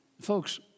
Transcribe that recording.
Folks